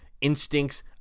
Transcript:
instincts